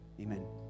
Amen